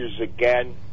again